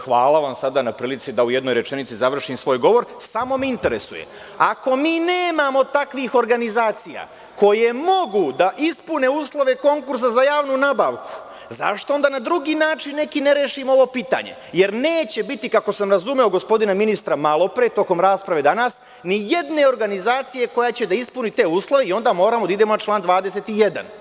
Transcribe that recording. Hvala vam na prilici da u jednoj rečenici završim svoj govor, samo me interesuje ako mi nemamo takvih organizacija koje mogu da ispune uslove konkursa za javnu nabavku zašto onda na neki drugi način ne rešimo ovo pitanje, jer neće biti, kako sam razumeo gospodina ministra malopre tokom rasprave danas, nijedne organizacije koja će da ispuni te uslove i onda moramo da idemo na član 21.